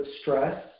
stress